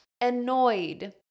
annoyed